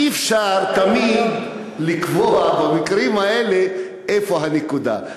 במקרים האלה אי-אפשר תמיד לקבוע איפה הנקודה.